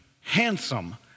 handsome